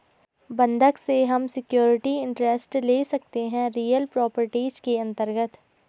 बंधक से हम सिक्योरिटी इंटरेस्ट ले सकते है रियल प्रॉपर्टीज के अंतर्गत